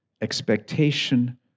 expectation